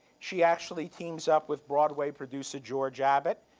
she actually teams up with broadway producer george abbott